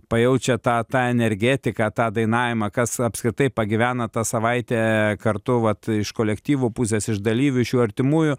pajaučia tą tą energetiką tą dainavimą kas apskritai pagyvena tą savaitę kartu vat iš kolektyvų pusės iš dalyvių iš jų artimųjų